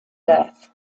death